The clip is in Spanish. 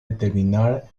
determinar